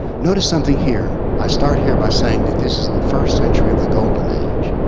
notice something here. i start here by saying that this is the first century of the golden age.